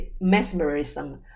mesmerism